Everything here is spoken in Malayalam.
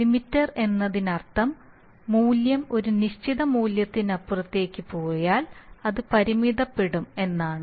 ലിമിറ്റർ എന്നതിനർത്ഥം മൂല്യം ഒരു നിശ്ചിത മൂല്യത്തിനപ്പുറത്തേക്ക് പോയാൽ അത് പരിമിതപ്പെടുത്തും എന്നാണ്